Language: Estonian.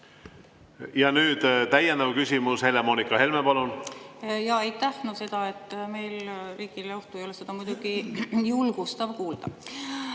Nüüd täiendav küsimus, Helle-Moonika Helme, palun! Jaa, aitäh! No seda, et meil riigile ohtu ei ole, seda on muidugi julgustav kuulda.